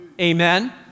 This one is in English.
Amen